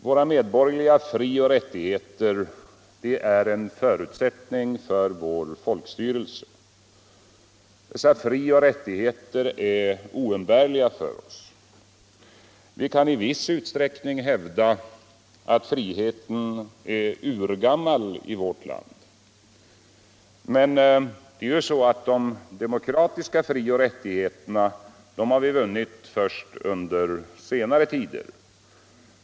Våra medborgerliga frioch rättigheter är en förutsättning för vår folkstyrelse. Dessa frioch rättigheter är oumbärliga för oss. Vi kan i viss utsträckning hävda att friheten är urgammal i vårt land. Men de demokratiska frioch rättigheterna har vi vunnit först under senare tider.